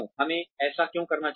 हमें ऐसा क्यों करना चाहिए